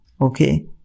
Okay